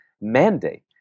mandate